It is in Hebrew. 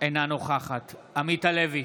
אינה נוכחת עמית הלוי,